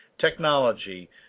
technology